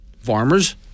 farmers